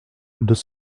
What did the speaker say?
deux